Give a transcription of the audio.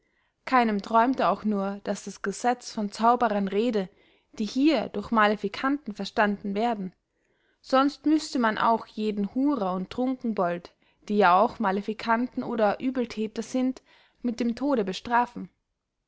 keinem träumte auch nur daß das gesetz von zauberern rede die hier durch maleficanten verstanden werden sonst müßte man auch jeden hurer und trunkenbold die ja auch maleficanten oder uebelthäter sind mit dem tode bestrafen